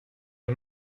are